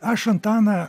aš antaną